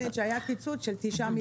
אני מציינת שהיה קיצוץ של תשעה מיליון.